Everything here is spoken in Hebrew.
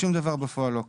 ושום דבר בפועל לא קרה.